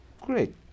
great